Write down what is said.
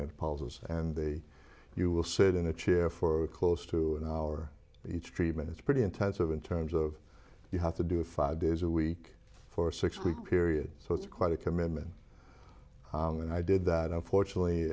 pauses and the you will sit in a chair for close to an hour each treatment it's pretty intensive in terms of you have to do five days a week for six week period so it's quite a commitment and i did that unfortunately